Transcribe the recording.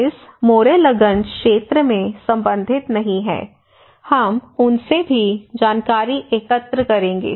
इस मोरेलगंज क्षेत्र से संबंधित नहीं हैं हम उनसे भी जानकारी एकत्र करेंगे